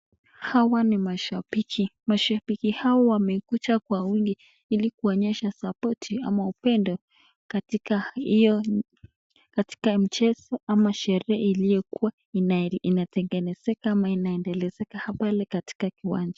Hawa ni mashabiki. Mashabiki hao wamekuja kwa wingi ili kuonyesha supoti ama upendo katika mchezo ama sherehe iliyokuwa inatengenezeka ama inaendelezeka pale katika kiwanja.